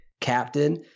captain